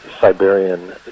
Siberian